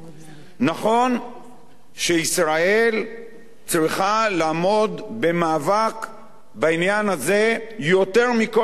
נכון שישראל צריכה לעמוד במאבק בעניין הזה יותר מכל מדינה אחרת,